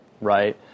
right